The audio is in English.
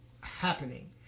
happening